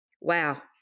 wow